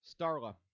Starla